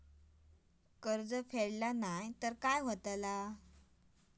कर्ज फेडूक नाय तर काय जाताला?